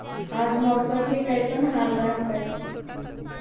आज मौसम के कैसन हाल रहतइ?